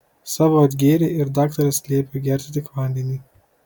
savo atgėrei ir daktaras liepė gerti tik vandenį